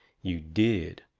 you did.